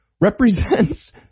represents